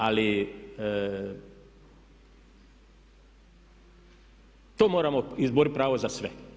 Ali to moramo izboriti pravo za sve.